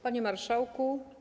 Panie Marszałku!